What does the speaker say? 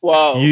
Wow